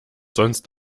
sonst